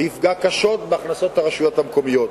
וזה יפגע קשות בהכנסות הרשויות המקומיות.